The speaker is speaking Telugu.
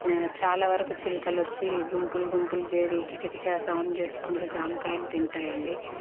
చాలా వరకు చిలకలు వచ్చి గుంపులు గుంపులు చేరి కిచకిచ సౌండ్ చేసుకుంటూ జామకాయలు తింటాయి అండి